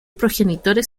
progenitores